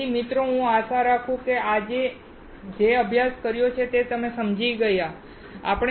તેથી મિત્રો હું આશા રાખું છું કે તમે આજે જે અભ્યાસ કર્યો છે તે તમે સમજી શકશો